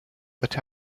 but